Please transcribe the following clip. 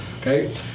okay